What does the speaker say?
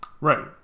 Right